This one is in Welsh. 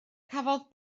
cafodd